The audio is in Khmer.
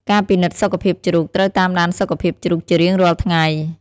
ការពិនិត្យសុខភាពជ្រូក ត្រូវតាមដានសុខភាពជ្រូកជារៀងរាល់ថ្ងៃ។